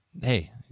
Hey